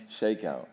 shakeout